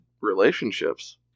relationships